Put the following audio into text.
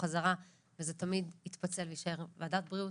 חזרה וזה תמיד יתפצל ויישאר בוועדת הבריאות,